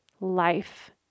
life